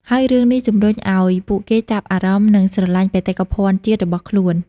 ហើយរឿងនេះជំរុញឱ្យពួកគេចាប់អារម្មណ៍និងស្រឡាញ់បេតិកភណ្ឌជាតិរបស់ខ្លួន។